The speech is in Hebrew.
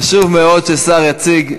חשוב מאוד ששר יציג,